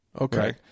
okay